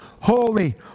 holy